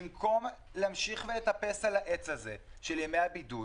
במקום להמשיך ולטפס על העץ הזה של ימי הבידוד